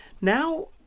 Now